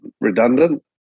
redundant